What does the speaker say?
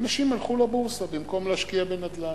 אנשים הלכו לבורסה במקום להשקיע בנדל"ן.